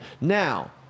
Now